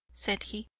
said he,